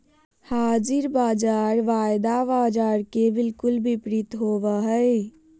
हाज़िर बाज़ार वायदा बाजार के बिलकुल विपरीत होबो हइ